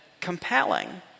compelling